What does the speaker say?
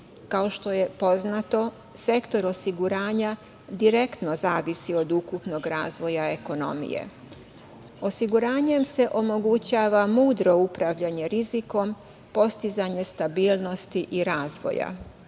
Kao što je poznato, sektor osiguranja direktno zavisi od ukupnog razvoja ekonomije. Osiguranjem se omogućava mudro upravljanje rizikom, postizanje stabilnosti i razvoja.